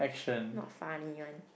not funny one